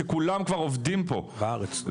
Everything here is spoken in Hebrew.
שכולם כבר עובדים פה בארץ.